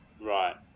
Right